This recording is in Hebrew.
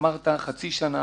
אמרת: חצי שנה.